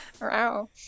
Wow